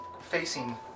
Facing